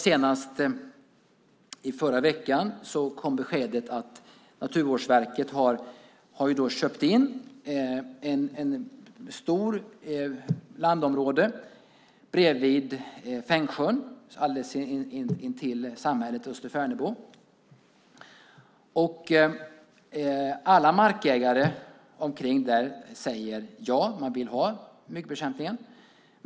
Senast i förra veckan kom ett besked när det gäller Naturvårdsverket. Verket har köpt in en stort landområde bredvid Fängsjön, alldeles intill samhället Österfärnebo. Alla markägare säger ja; de vill ha myggbekämpningen.